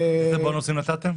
איזה בונוסים נתתם?